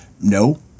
no